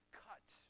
cut